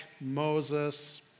Moses